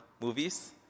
movies